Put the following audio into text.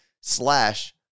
slash